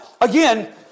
again